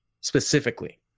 specifically